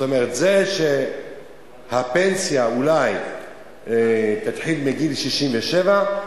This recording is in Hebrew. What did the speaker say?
הפנסיה אולי תתחיל מגיל 67,